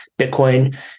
Bitcoin